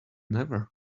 never